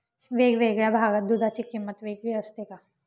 वेगवेगळ्या भागात दूधाची किंमत वेगळी असते का?